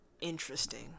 interesting